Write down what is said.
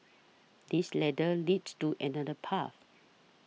this ladder leads to another path